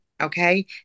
okay